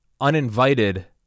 uninvited